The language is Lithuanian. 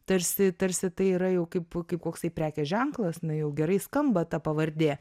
tarsi tarsi tai yra jau kaip kaip koksai prekės ženklas na jau gerai skamba ta pavardė